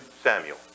Samuel